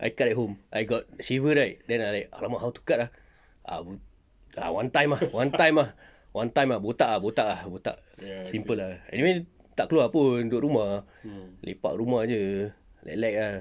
I cut at home I got shaver right then I !alamak! how to cut ah ah one time ah one time ah one time ah botak ah botak ah botak simple ah I mean tak keluar pun duduk rumah lepak rumah jer lek-lek ah